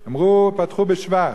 הם פתחו בשבח,